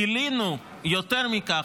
גילינו יותר מכך,